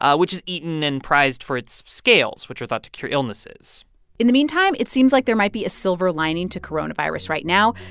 ah which is eaten and prized for its scales, which are thought to cure illnesses in the meantime, it seems like there might be a silver lining to coronavirus right now.